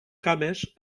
cames